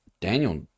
Daniel